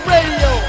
Radio